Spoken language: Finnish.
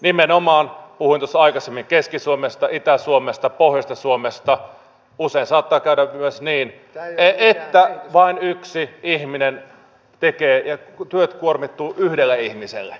nimenomaan puhuin tuossa aikaisemmin keski suomesta itä suomesta pohjoisesta suomesta usein saattaa käydä myös niin että vain yksi ihminen tekee ja työt kuormittuvat yhdelle ihmiselle